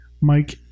Mike